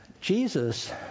Jesus